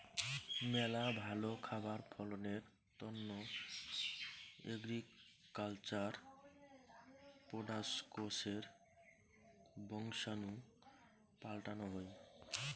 মেলা ভালো খাবার ফলনের তন্ন এগ্রিকালচার প্রোডাক্টসের বংশাণু পাল্টানো হই